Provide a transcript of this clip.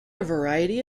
variety